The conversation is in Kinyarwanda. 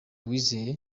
uwizeye